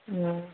ꯎꯝ